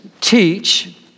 teach